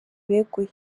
beguye